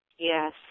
Yes